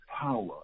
power